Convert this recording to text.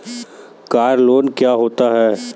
Car loan क्या होता है?